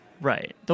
right